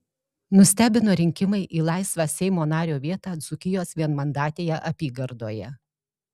nustebino rinkimai į laisvą seimo nario vietą dzūkijos vienmandatėje apygardoje